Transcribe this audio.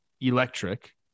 electric